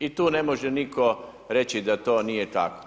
I tu ne može nitko reći da to nije tako.